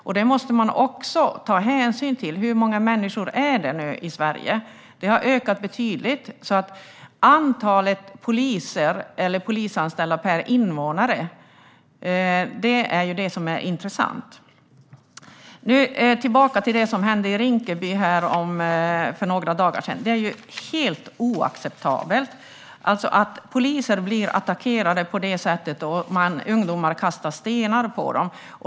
Man måste också ta hänsyn till hur många människor det är i Sverige. Det har ökat betydligt. Antalet poliser eller polisanställda per invånare är ju det som är intressant. Låt mig komma tillbaka till det som hände i Rinkeby för några dagar sedan. Det är helt oacceptabelt att poliser blir attackerade på det sättet och att ungdomar kastar stenar på dem.